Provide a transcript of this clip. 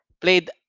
played